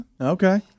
Okay